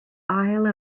isle